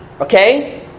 okay